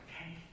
Okay